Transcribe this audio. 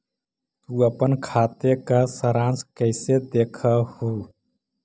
तु अपन खाते का सारांश कैइसे देखअ हू